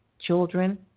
children